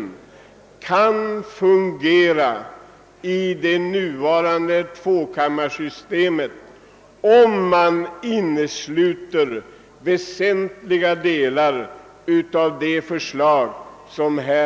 Jag anser att detta system kan komma att fungera tillfredsställande, om däri inneslutes väsentliga delar av det nuvarande